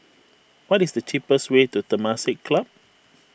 what is the cheapest way to Temasek Club